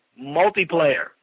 multiplayer